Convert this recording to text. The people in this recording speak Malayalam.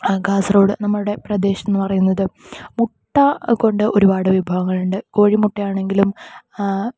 കാസർഗോഡ് നമ്മുടെ പ്രദേശം എന്നുപറയുന്നത് മുട്ട കൊണ്ട് ഒരുപാട് വിഭവങ്ങൾ ഉണ്ട് കോഴിമുട്ട ആണെങ്കിലും